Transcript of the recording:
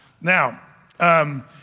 Now